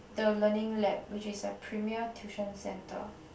the learning lab which is a premiere tuition centre